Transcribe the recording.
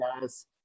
guys